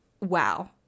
wow